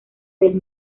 del